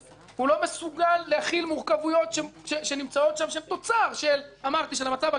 הוא לא מסוגל להחיל מורכבויות שהן תוצר של המצב הגיאו פוליטי,